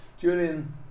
Julian